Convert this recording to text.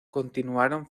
continuaron